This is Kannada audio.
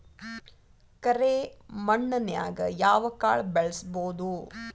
ಕರೆ ಮಣ್ಣನ್ಯಾಗ್ ಯಾವ ಕಾಳ ಬೆಳ್ಸಬೋದು?